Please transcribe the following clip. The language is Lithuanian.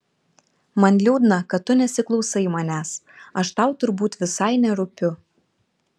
man liūdna kad tu nesiklausai manęs aš tau turbūt visai nerūpiu